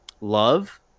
love